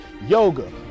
yoga